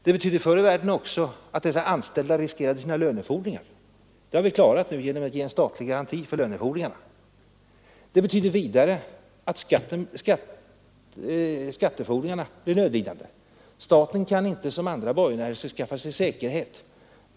Det innebar förr i världen också att de anställda riskerade sina lönefordringar. Detta har vi klarat nu genom att ge statlig garanti för lönefordringar. Det innebär vidare att skattefordringarna blir lidande; staten kan inte som andra borgenärer skaffa sig säkerhet.